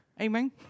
Amen